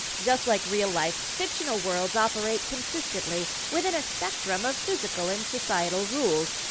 just like real life, fictional worlds operate consistently within a spectrum of physical and societal rules.